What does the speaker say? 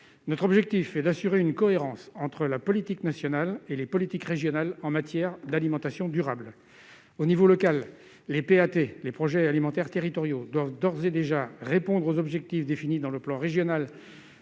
Notre objectif est d'assurer une cohérence entre la politique nationale et les politiques régionales en matière d'alimentation durable. Au niveau local, les projets alimentaires territoriaux (PAT) doivent d'ores et déjà répondre aux objectifs définis dans le plan régional